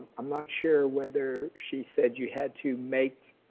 i'm not sure whether she said you had to make